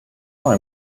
why